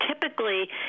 typically